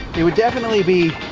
it would definitely be